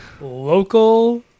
Local